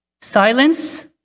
Silence